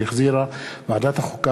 שהחזירה ועדת החוקה,